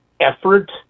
effort